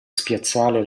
spiazzale